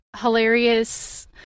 hilarious